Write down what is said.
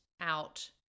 out